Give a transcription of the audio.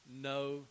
no